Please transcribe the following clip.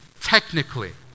technically